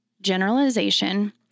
generalization